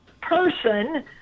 person